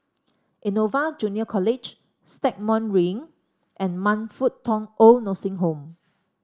Innova Junior College Stagmont Ring and Man Fut Tong OId Nursing Home